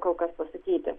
kol kas pasakyti